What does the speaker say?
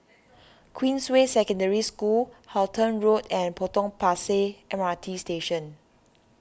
Queensway Secondary School Halton Road and Potong Pasir M R T Station